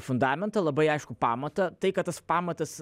fundamentą labai aiškų pamatą tai kad tas pamatas